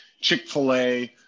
Chick-fil-A